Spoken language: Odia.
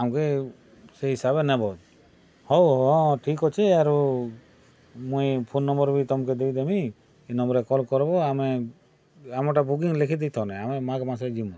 ଆମ୍କେ ସେ ହିସାବେ ନେବ ହଉ ହଉ ହଁ ହଁ ଠିକ୍ ଅଛେ ଆଉ ମୁଇ ଫୋନ୍ ନମ୍ବର୍ ବି ତମ୍କେ ଦେଇଦେମି ହେ ନମ୍ବର୍ରେ କଲ୍ କର୍ବ ଆମର୍ ଟା ବୁକିଂ ଲେଖି ଦେଇଥନେ ଆମେ ମାଘ୍ ମାସେ ଯିମୁ